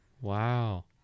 Wow